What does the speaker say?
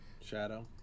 Shadow